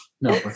No